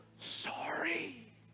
sorry